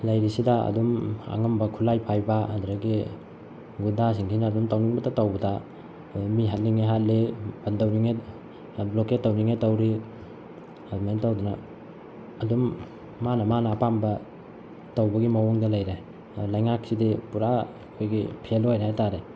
ꯂꯩꯔꯤꯁꯤꯗ ꯑꯗꯨꯝ ꯑꯉꯝꯕ ꯈꯨꯠꯂꯥꯏ ꯄꯥꯏꯕ ꯑꯗꯨꯗꯒꯤ ꯒꯨꯟꯗꯥꯁꯤꯡꯁꯤꯅ ꯑꯗꯨꯝ ꯇꯧꯅꯤꯡꯕꯇ ꯇꯧꯕꯗ ꯃꯤ ꯍꯥꯠꯅꯤꯡꯉꯦ ꯍꯥꯠꯂꯦ ꯕꯟ ꯇꯧꯅꯤꯡꯉꯦ ꯕ꯭ꯂꯣꯀꯦꯠ ꯇꯧꯅꯤꯡꯉꯦ ꯇꯧꯔꯦ ꯑꯗꯨꯃꯥꯏꯅ ꯇꯧꯗꯅ ꯑꯗꯨꯝ ꯃꯥꯅ ꯃꯥꯅ ꯑꯄꯥꯝꯕ ꯇꯧꯕꯒꯤ ꯃꯑꯣꯡꯗ ꯂꯩꯔꯦ ꯑꯗꯣ ꯂꯩꯉꯥꯛꯁꯤꯗꯤ ꯄꯨꯔꯥ ꯑꯩꯈꯣꯏꯒꯤ ꯐꯦꯜ ꯑꯣꯏꯔꯦ ꯍꯥꯏꯇꯥꯔꯦ